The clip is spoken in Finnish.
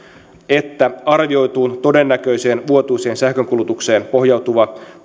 että arvioituun todennäköiseen vuotuiseen sähkönkulutukseen pohjautuva